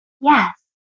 yes